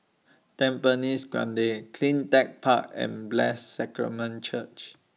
Tampines Grande CleanTech Park and Blessed Sacrament Church